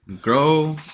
grow